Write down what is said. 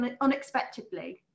unexpectedly